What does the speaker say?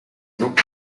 group